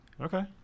Okay